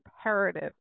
imperative